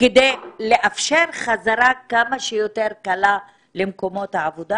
כדי לאפשר חזרה כמה שיותר קלה למקומות העבודה?